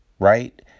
Right